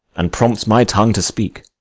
and prompts my tongue to speak.